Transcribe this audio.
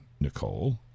nicole